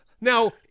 Now